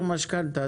משכנתא.